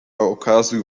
okazo